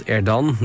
Erdan